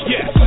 Yes